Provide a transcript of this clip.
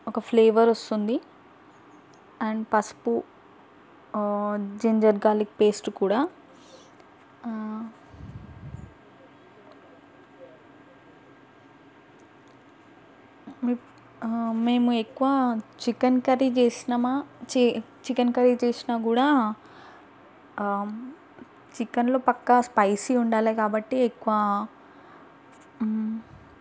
ఒక ఫ్లేవర్ వస్తుంది అండ్ పసుపు జింజర్ గార్లిక్ పేస్ట్ కూడా మేము ఎక్కువ చికెన్ కర్రీ చేసినమా చే చికెన్ కర్రీ చేసినా కూడా చికెన్లో పక్క స్పైసీ ఉండాలి కాబట్టి ఎక్కువ